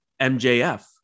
MJF